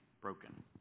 broken